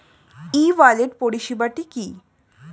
ই wallet পরিষেবাটি কি?